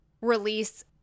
release